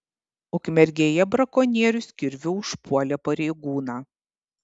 ukmergėje brakonierius kirviu užpuolė pareigūną